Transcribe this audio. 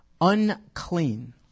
Unclean